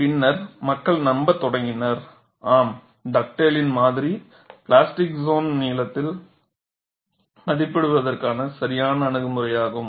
பின்னர் மக்கள் நம்பத் தொடங்கினர் ஆம் டக்டேலின் மாதிரி பிளாஸ்டிக் சோன் நீளத்தை மதிப்பிடுவதற்கான சரியான அணுகுமுறையாகும்